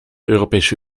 europese